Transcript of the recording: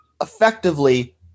Effectively